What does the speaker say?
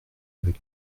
avec